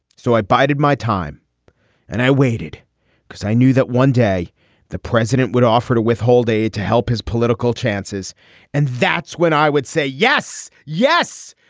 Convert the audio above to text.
so i bided my time and i waited because i knew that one day the president would offer to withhold aid to help his political chances and that's when i would say yes, yes.